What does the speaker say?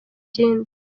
ikindi